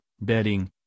bedding